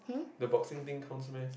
the boxing thing counts meh